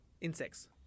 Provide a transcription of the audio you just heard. Insects